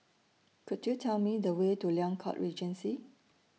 Could YOU Tell Me The Way to Liang Court Regency